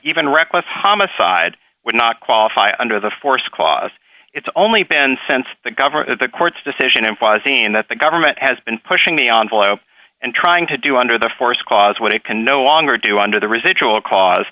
even reckless homicide would not qualify under the force cause it's only been since the governor the court's decision and was seen that the government has been pushing me on slow and trying to do under the force cause what it can no longer do under the residual cause